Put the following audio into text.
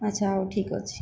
ଆଛା ହେଉ ଠିକ୍ ଅଛି